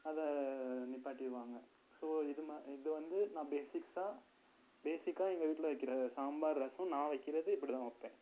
அதை நிப்பாட்டிருவாங்க ஸோ இது மா இது வந்து நான் பேஸிக்ஸ்ஸாக பேஸிக்காக எங்கள் வீட்டில வைக்கிற சாம்பார் ரசம் நான் வைக்கிறது இப்டி தான் வைப்பேன்